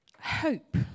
hope